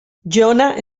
jonah